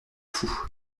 fou